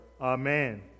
Amen